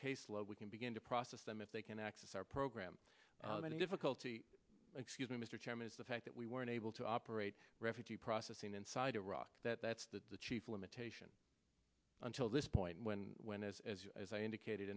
caseload we can begin to process them if they can access our program any difficulty excuse me mr chairman that we weren't able to operate refugee processing inside iraq that that's the chief limitation until this point when when as as as i indicated